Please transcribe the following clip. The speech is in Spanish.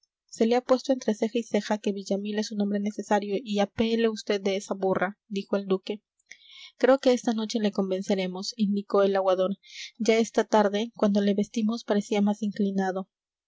se le ha puesto entre ceja y ceja que villamil es un hombre necesario y apéele vd de esa burra dijo el duque creo que esta noche le convenceremos indicó el aguador ya esta tarde cuando le vestimos parecía más inclinado